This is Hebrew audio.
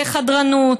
לחדרנות,